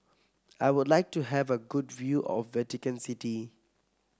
I would like to have a good view of Vatican City